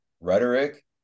rhetoric